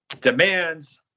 demands